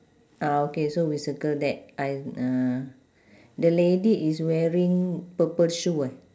ah okay so we circle that I uh the lady is wearing purple shoe eh